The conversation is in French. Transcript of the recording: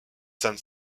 san